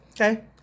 Okay